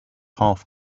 half